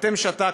ואתם שתקתם,